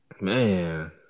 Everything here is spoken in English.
man